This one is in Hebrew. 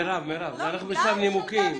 מירב, אנחנו בשלב נימוקים.